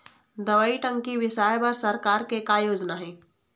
दवई टंकी बिसाए बर सरकार के का योजना हे?